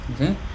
Okay